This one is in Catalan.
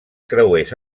creuers